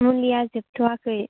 मुलिया जोबथ'वाखै